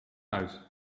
uit